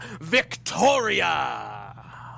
Victoria